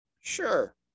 Sure